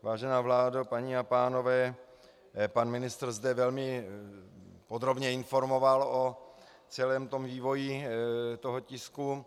Vážená vládo, paní a pánové, pan ministr zde velmi podrobně informoval o celém vývoji tisku.